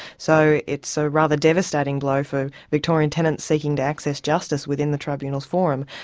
so, it's a rather devastating blow for victorian tenants seeking to access justice within the tribunal's forum,